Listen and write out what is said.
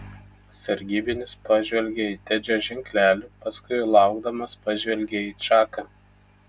sargybinis pažvelgė į tedžio ženklelį paskui laukdamas pažvelgė į čaką